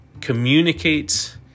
communicates